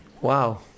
wow